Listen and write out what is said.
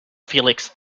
felix